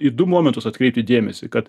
į du momentus atkreipti dėmesį kad